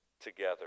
together